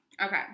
Okay